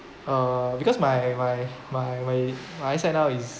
uh because my my my my eyesight now is